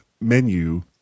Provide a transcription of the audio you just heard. Menu